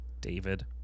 David